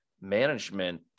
management